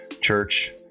church